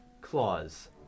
claws